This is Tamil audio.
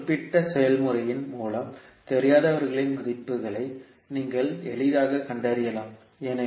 இந்த குறிப்பிட்ட செயல்முறையின் மூலம் தெரியாதவர்களின் மதிப்புகளை நீங்கள் எளிதாகக் கண்டறியலாம்